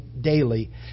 daily